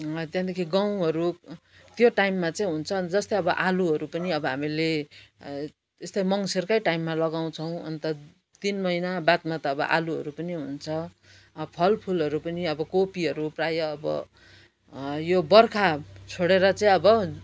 त्यहाँदेखि गहुँहरू त्यो टाइममा चाहिँ हुन्छ जस्तै अब आलुहरू पनि हामीले यस्तै मङ्सिरकै टाइममा लगाउँछौँ अन्त तिन महिना बादमा त आलुहरू पनि हुन्छ अब फलफुलहरू पनि अब कोपीहरू प्रायः अब यो बर्खा छोडेर चाहिँ अब